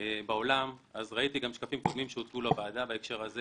בעולם - ראיתי גם שקפים קודמים שהוצגו לוועדה בהקשר הזה